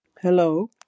Hello